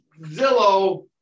Zillow